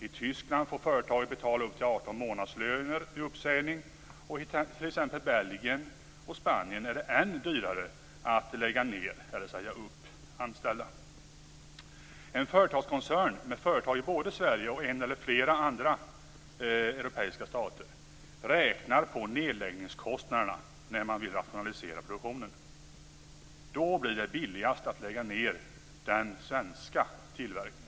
I Tyskland får företaget betala upp till 18 månadslöner vid uppsägning, och i t.ex. Belgien och Spanien är det än dyrare att lägga ned eller säga upp anställda. En företagskoncern med företag i både Sverige och en eller flera andra europeiska stater räknar på nedläggningskostnaderna när den vill rationalisera produktionen. Då blir det billigast att lägga ned den svenska tillverkningen.